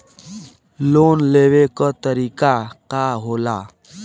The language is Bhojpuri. लोन लेवे क तरीकाका होला?